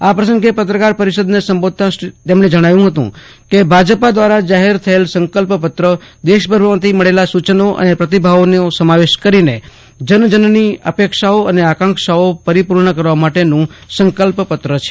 આ પ્રસંગે પત્રકાર પરિષદને સંબોધતા તેમણે જણાવ્યું હતું કે ભાજપા દ્વારા જાહેર થયેલ સંકલ્પ પત્ર દેશભરમાંથી મળેલા સૂચનો અને પ્રતિભાવોનો સમાવેશ કરીને જનજનની અપેક્ષાઓ અને આકાંક્ષાઓ પરિપૂર્ણ કરવા માટેનું સંકલ્પપત્ર છે